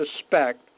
suspect